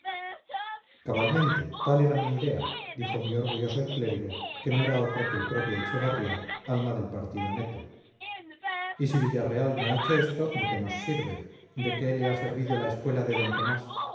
cabalmente tal era mi idea dijo muy orgulloso el clérigo que no era otro que el propio echevarría alma del partido neto y si villarreal no ha hecho eso de qué nos sirve de qué le ha servido la escuela de d tomás